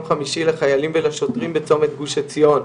חמישי לחיילים ולשוטרים בצומת גוש עציון.